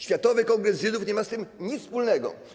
Światowy Kongres Żydów nie ma z tym nic wspólnego.